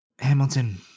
Hamilton